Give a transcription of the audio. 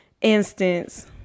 Instance